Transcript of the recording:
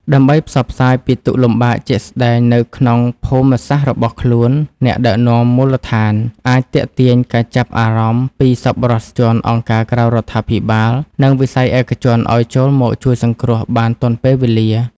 ដើម្បីផ្សព្វផ្សាយពីទុក្ខលំបាកជាក់ស្ដែងនៅក្នុងភូមិសាស្ត្ររបស់ខ្លួន អ្នកដឹកនាំមូលដ្ឋានអាចទាក់ទាញការចាប់អារម្មណ៍ពីសប្បុរសជន អង្គការក្រៅរដ្ឋាភិបាល និងវិស័យឯកជនឱ្យចូលមកជួយសង្គ្រោះបានទាន់ពេលវេលា។